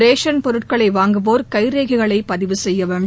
ration பொருட்களை வாங்குவோர் கை ரேகைகளை பதிவு செய்ய வேண்டும்